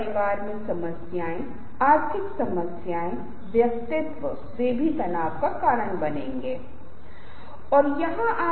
आप उन स्लाइड्स की जांच करें जो मैंने आपके साथ साझा की हैं जिनकी संख्या अन्य छवियों के साथ भी है